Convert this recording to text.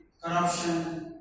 corruption